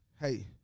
hey